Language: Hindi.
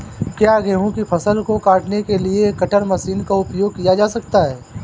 क्या गेहूँ की फसल को काटने के लिए कटर मशीन का उपयोग किया जा सकता है?